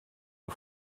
auf